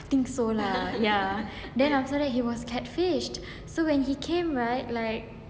I think so lah ya then after that he was catfish so when he came right like